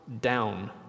down